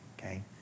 okay